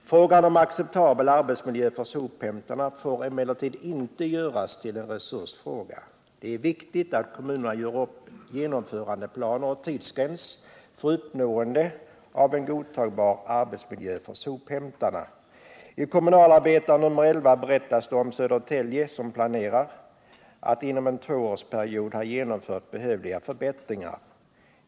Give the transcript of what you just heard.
Frågan om en acceptabel arbetsmiljö för sophämtarna får emellertid inte göras till en resursfråga. Det är viktigt att kommunerna gör upp genomförandeplaner och tidsgräns för uppnående av en godtagbar arbetsmiljö för sophämtarna. I Kommunalarbetaren, nr 11, berättas det om Södertälje som planerar att under en tvåårsperiod ha genomfört behövliga förbättringar.